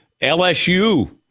LSU